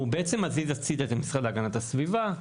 הוא בעצם מזיז הצידה את המשרד להגנת הסביבה,